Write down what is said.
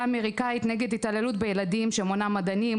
האמריקאית נגד התעללות בילדים שמונה מדענים,